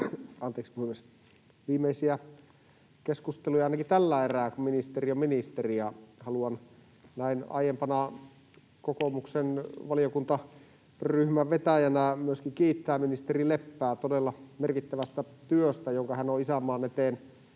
ministerin kanssa viimeisiä keskusteluja — ainakin tällä erää, kun ministeri on ministeri. Haluan näin aiempana kokoomuksen valiokuntaryhmän vetäjänä myöskin kiittää ministeri Leppää todella merkittävästä työstä, jonka hän on isänmaan eteen